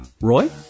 Roy